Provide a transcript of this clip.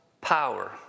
power